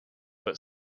but